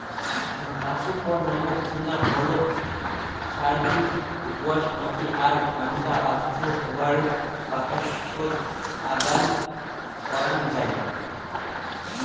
পাঁচু ফুল নামক চিনা ফুলক সারযুত দো আঁশ মাটি আর ঠান্ডা ও আর্দ্র হাওয়া বাতাসত আবাদ করাং যাই